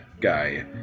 guy